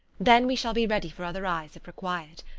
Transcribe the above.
then we shall be ready for other eyes if required.